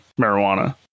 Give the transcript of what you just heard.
marijuana